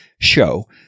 show